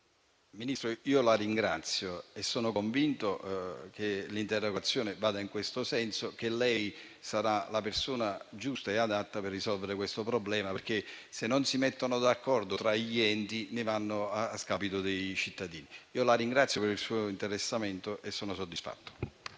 Ministro, la ringrazio. Sono convinto che l'interrogazione vada in questo senso e che lei sia la persona giusta per risolvere questo problema, perché se non si mettono d'accordo gli enti coinvolti, le conseguenze vanno a scapito dei cittadini. La ringrazio per il suo interessamento e sono soddisfatto.